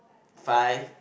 five